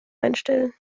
einstellen